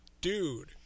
dude